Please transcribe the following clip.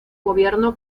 gobierno